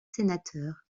sénateur